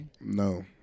No